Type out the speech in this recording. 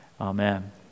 Amen